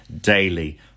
daily